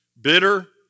bitter